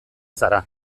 zara